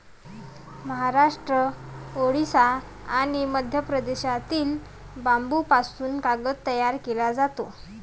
महाराष्ट्र, ओडिशा आणि मध्य प्रदेशातील बांबूपासून कागद तयार केला जातो